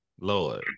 Lord